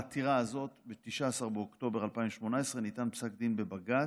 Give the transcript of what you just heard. בעתירה הזאת ב-18 באוקטובר 2018 ניתן פסק דין בבג"ץ,